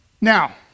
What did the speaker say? Now